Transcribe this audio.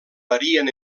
varien